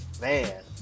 Man